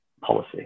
policy